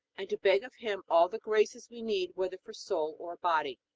and to beg of him all the graces we need whether for soul or body.